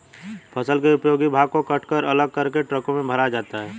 फसल के उपयोगी भाग को कटकर अलग करके ट्रकों में भरा जाता है